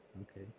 Okay